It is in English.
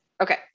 Okay